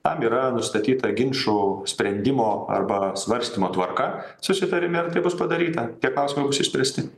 tam yra nustatyta ginčų sprendimo arba svarstymo tvarka susitarime ir tai bus padaryta tie klausimai bus išspręsti